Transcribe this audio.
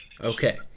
Okay